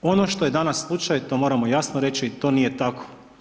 Ono što je danas slučaj to moramo jasno reći, to nije tako.